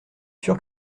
sûr